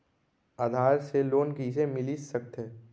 आधार से लोन कइसे मिलिस सकथे?